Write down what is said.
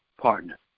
partner